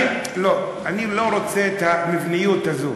לא, אני לא רוצה את המבניות הזו.